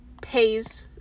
pays